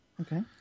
Okay